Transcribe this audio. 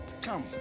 come